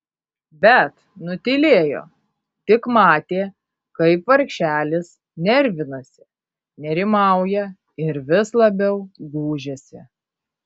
bet nutylėjo tik matė kaip vargšelis nervinasi nerimauja ir vis labiau gūžiasi